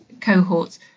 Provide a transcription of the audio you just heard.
cohorts